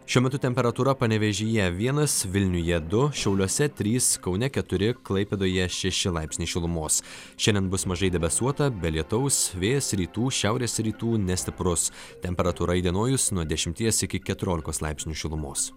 šiuo metu temperatūra panevėžyje vienas vilniuje du šiauliuose trys kaune keturi klaipėdoje šeši laipsniai šilumos šiandien bus mažai debesuota be lietaus vėjas rytų šiaurės rytų nestiprus temperatūra įdienojus nuo dešimties iki keturiolikos laipsnių šilumos